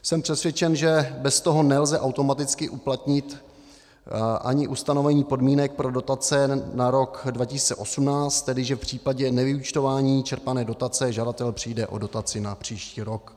Jsem přesvědčen, že bez toho nelze automaticky uplatnit ani ustanovení podmínek pro dotace na rok 2018, tedy že v případě nevyúčtování čerpané dotace žadatel přijde o dotaci na příští rok.